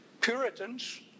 Puritans